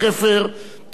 תפקיד שהוא,